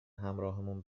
همراهمون